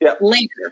later